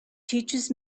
teaches